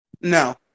No